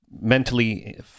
mentally